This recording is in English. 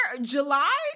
July